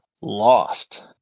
lost